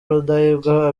rudahigwa